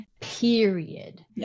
period